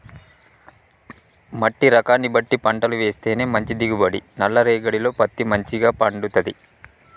మట్టి రకాన్ని బట్టి పంటలు వేస్తేనే మంచి దిగుబడి, నల్ల రేగఢీలో పత్తి మంచిగ పండుతది